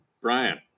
Brian